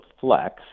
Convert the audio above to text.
Flex